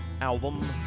album